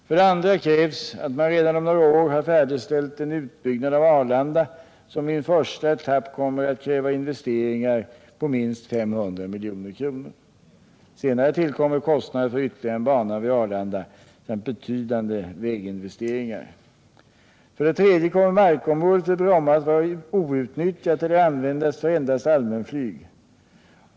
För det andra krävs att man redan om några år har färdigställt en utbyggnad av Arlanda som i en första etapp kommer att kräva investeringar på minst 500 milj.kr. Senare tillkommer kostnaderna för en ytterligare bana vid Arlanda samt betydande väginvesteringar. För det tredje kommer markområdet vid Bromma att vara outnyttjat eller användas för endast allmänflyg.